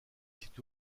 situés